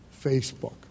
Facebook